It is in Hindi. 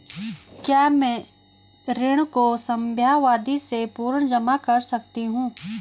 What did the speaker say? क्या मैं ऋण को समयावधि से पूर्व जमा कर सकती हूँ?